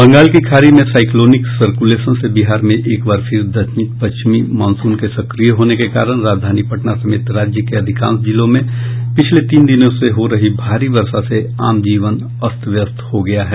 बंगाल की खाड़ी में साइक्लोनिक सर्कुलेशन से बिहार में एक बार फिर दक्षिणी पश्चिमी मानसून के सक्रिय होने के कारण राजधानी पटना समेत राज्य के अधिकांश जिलों में पिछले तीन दिनों से हो रही भारी वर्षा से आम जनजीवन अस्त व्यस्त हो गया है